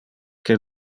que